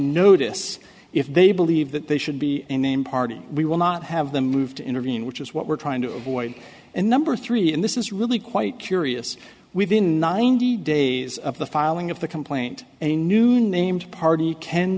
notice if they believe that they should be named party we will not have them move to intervene which is what we're trying to avoid and number three and this is really quite curious within ninety days of the filing of the complaint and a new named party can